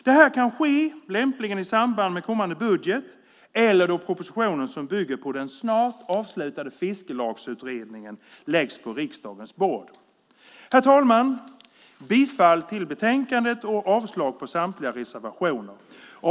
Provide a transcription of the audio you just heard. Det kan ske lämpligen i samband med kommande budget eller då propositionen som bygger på den snart avslutade fiskelagsutredningen läggs på riksdagens bord. Herr talman! Jag yrkar bifall till förslaget i betänkandet och avslag på samtliga reservationer.